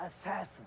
assassin